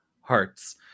hearts